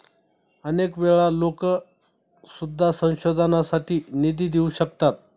अनेक वेळा लोकं सुद्धा संशोधनासाठी निधी देऊ शकतात